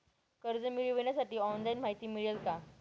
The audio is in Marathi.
कर्ज मिळविण्यासाठी ऑनलाइन माहिती मिळेल का?